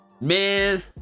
man